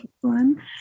one